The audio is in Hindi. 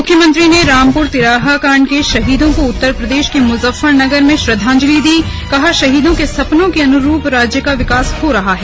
मुख्यमंत्री ने रामपुर तिराहा कांड के शहीदों को उत्तर प्रदेश के मुजफ्फरनगर में श्रद्धांजलि दी कहा शहीदों के सपनों के अनुरूप राज्य का विकास हो रहा है